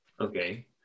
Okay